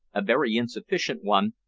a very insufficient one,